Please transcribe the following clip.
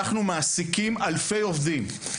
אנחנו מעסיקים אלפי עובדים.